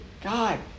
God